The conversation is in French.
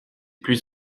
plus